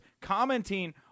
commenting